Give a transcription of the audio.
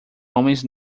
homens